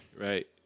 Right